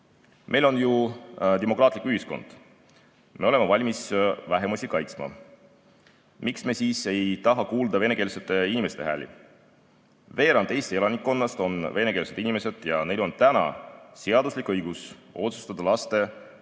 Meil on ju demokraatlik ühiskond, me oleme valmis vähemusi kaitsma. Miks me siis ei taha kuulda venekeelsete inimeste häält? Veerand Eesti elanikkonnast on venekeelsed inimesed ja neil on täna seaduslik õigus otsustada laste